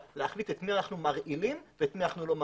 להחליט את מי אנחנו מרעילים ואת מי אנחנו לא מרעילים.